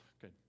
good